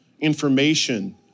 information